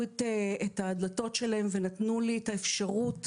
את הדלתות שלהן ונתנו לי את האפשרות,